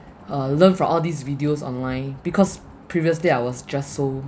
uh learn from all these videos online because previously I was just so